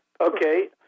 Okay